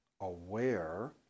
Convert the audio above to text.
aware